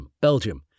Belgium